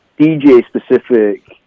DJ-specific